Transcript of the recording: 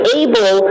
able